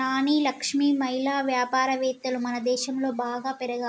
నాని లక్ష్మి మహిళా వ్యాపారవేత్తలు మనదేశంలో బాగా పెరగాలి